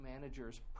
manager's